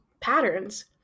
patterns